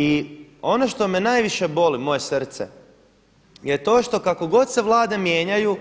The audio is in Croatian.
I ono što me najviše boli moje srce je to što kako god se Vlade mijenjaju,